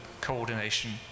coordination